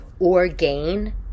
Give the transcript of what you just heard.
Orgain